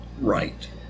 right